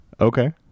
Okay